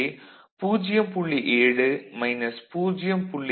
எனவே 0